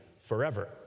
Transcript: forever